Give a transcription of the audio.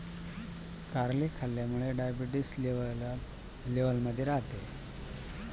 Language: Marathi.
कटिरला खावामुये डायबेटिस लेवलमा रहास